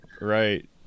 Right